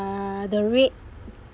uh the rate